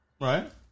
right